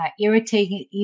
irritating